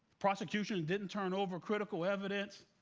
prosecution didn't turn over critical evidence.